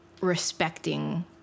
respecting